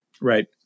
Right